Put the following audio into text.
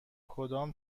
کدام